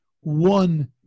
one